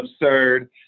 absurd